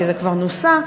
כי זה כבר נוסה,